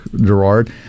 Gerard